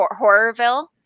Horrorville